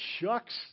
shucks